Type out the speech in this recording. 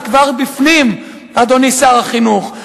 זה כבר בפנים, אדוני שר החינוך.